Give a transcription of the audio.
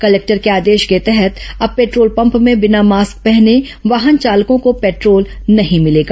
collector के आदेश के तहत अब पेट्रोल पम्प में बिना मास्क वाले वाहन चालकों को पेट्रोल नहीं मिलेगा